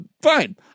Fine